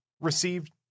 received